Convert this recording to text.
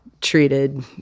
treated